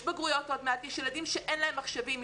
יש בגרויות עוד מעט, יש ילדים שאין להם מחשבים.